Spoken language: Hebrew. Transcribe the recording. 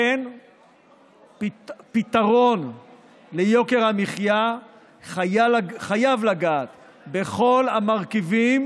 לכן פתרון ליוקר המחיה חייב לגעת בכל המרכיבים